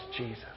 Jesus